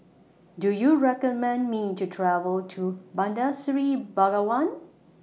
Do YOU recommend Me to travel to Bandar Seri Begawan